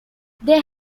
they